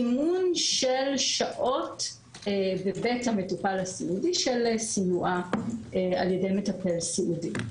מימון של שעות בבית המטופל הסיעודי של סיוע ע"י מטפל סיעודי.